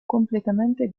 completamente